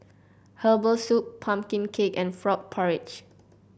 Herbal Soup pumpkin cake and Frog Porridge